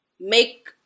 make